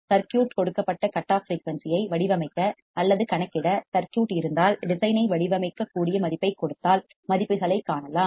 circuit கொடுக்கப்பட்ட cut off frequency ஐ வடிவமைக்க அல்லது கணக்கிட சர்க்யூட் இருந்தால் டிசைன் ஐ வடிவமைக்கக்கூடிய மதிப்பைக் கொடுத்தால் மதிப்புகளைக் காணலாம்